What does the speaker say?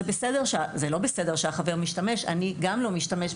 "זה לא בסדר שהחבר משתמש; אני לא משתמש,